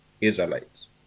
Israelites